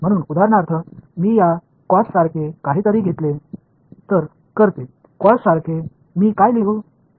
म्हणून उदाहरणार्थ मी या कॉससारखे काहीतरी घेतले तर करते कॉससारखे मी काय लिहू